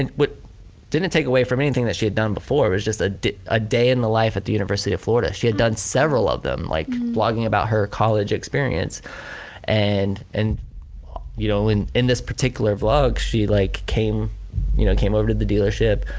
and didn't take away from anything that she had done before it was just a ah day in the life at the university of florida. she had done several of them, like vlogging about her college experience and and you know in in this particular vlog she like came you know came over to the dealership,